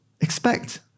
expect